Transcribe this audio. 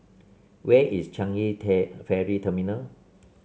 where is Changi Ferry Terminal